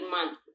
Month